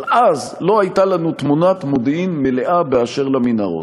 אבל אז לא הייתה לנו תמונת מודיעין מלאה באשר למנהרות.